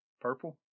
Purple